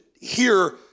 hear